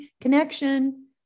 connection